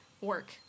Work